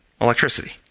electricity